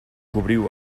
cobriu